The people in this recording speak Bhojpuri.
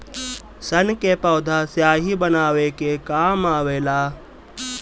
सन के पौधा स्याही बनावे के काम आवेला